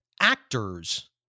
Actors